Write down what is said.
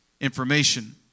information